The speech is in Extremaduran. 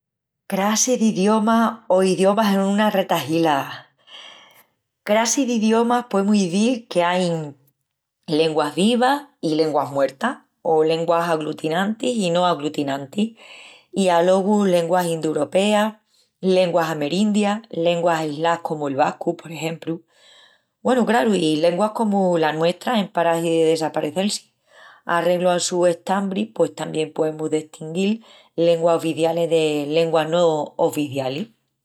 Crassis d'idiomas o idiomas en una retahila? Crassis d'idiomas poemus izil que ain lenguas vivas i lenguas muertas, o lenguas aglutinantis i no aglutinantis, i alogu lenguas induropeas, lenguas amerindias, lenguas aislás comu el vascu, por exempru. Güenu, craru, i lenguas comu la nuestra en paragi de desparecel-si. Arreglu al su estambri pos tamién poemus destinguil lenguas oficialis de lenguas no oficialis.